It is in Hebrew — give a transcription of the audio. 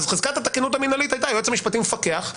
חזקת התקינות המינהלית הייתה שהיועץ המשפטי מפקח.